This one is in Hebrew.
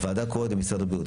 הוועדה קוראת למשרד הבריאות,